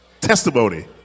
testimony